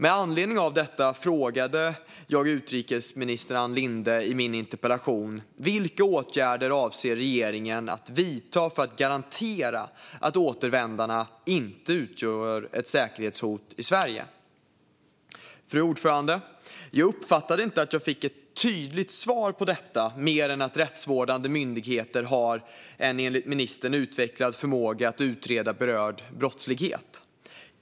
Med anledning av detta frågade jag utrikesminister Ann Linde i min interpellation vilka åtgärder regeringen avser att vidta för att garantera att återvändarna inte utgör ett säkerhetshot i Sverige. Jag uppfattade inte att jag fick ett tydligt svar på detta, mer än att rättsvårdande myndigheter har en enligt ministern utvecklad förmåga att utreda berörd brottslighet.